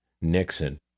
Nixon